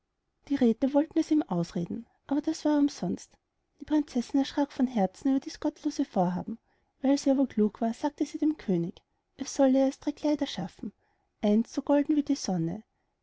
die räthe wollten es ihm ausreden aber das war um sonst die prinzessin erschrack von herzen über dies gottlose vorhaben weil sie aber klug war sagte sie dem könig er solle ihr erst drei kleider schaffen eins so golden wie die sonne